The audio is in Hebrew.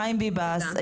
חיים ביבס,